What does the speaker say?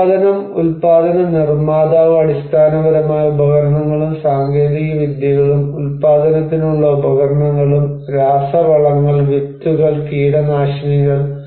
ഉൽപ്പാദനം ഉൽപാദന നിർമ്മാതാവ് അടിസ്ഥാനപരമായി ഉപകരണങ്ങളും സാങ്കേതികവിദ്യകളും ഉൽപാദനത്തിനുള്ള ഉപകരണങ്ങളും രാസവളങ്ങൾ വിത്തുകൾ കീടനാശിനികൾ